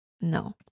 No